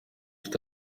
east